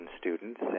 students